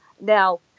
Now